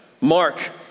Mark